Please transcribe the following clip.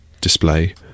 display